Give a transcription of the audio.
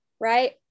right